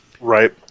Right